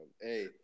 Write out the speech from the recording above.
Hey